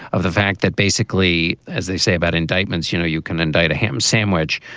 of the fact that basically, as they say about indictments, you know, you can indict a ham sandwich,